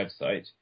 website